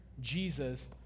Jesus